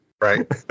right